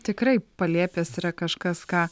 tikrai palėpės yra kažkas ką